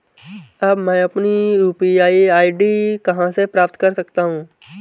अब मैं अपनी यू.पी.आई आई.डी कहां से प्राप्त कर सकता हूं?